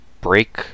break